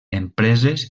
empreses